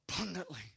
abundantly